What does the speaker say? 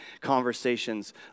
conversations